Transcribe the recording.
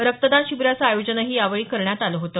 रक्तदान शिबिराचं आयोजनही यावेळी करण्यात आलं होतं